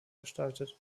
gestaltet